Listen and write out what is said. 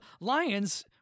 lions